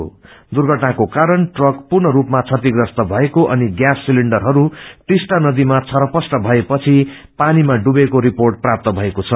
र्दुषटनाको कारण ट्रक र्पुणरूपमा क्षतिग्रस्त भएको अनि ग्यास सिलिन्डरहरू टिस्टा नदीमा छरपस्ट भएपछि पानीमा डुबेको रिपोट प्राप्त भएको छ